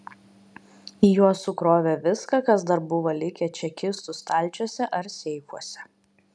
į juos sukrovė viską kas dar buvo likę čekistų stalčiuose ar seifuose